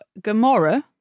Gamora